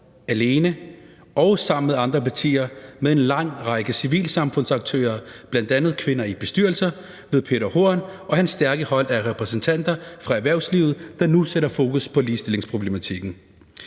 alene og sammen med andre partier med en lang række civilsamfundsaktører, bl.a. KIB-Kvinder I Bestyrelser ved Peter Horn og hans stærke hold af repræsentanter fra erhvervslivet, der nu sætter fokus på ligestillingsproblematikken.